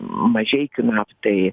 mažeikių naftai